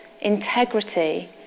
integrity